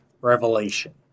revelation